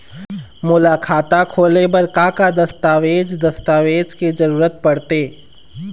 मोला खाता खोले बर का का दस्तावेज दस्तावेज के जरूरत पढ़ते?